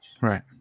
right